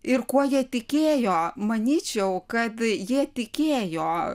ir kuo jie tikėjo manyčiau kad jie tikėjo